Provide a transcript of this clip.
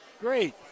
Great